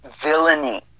villainy